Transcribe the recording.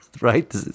right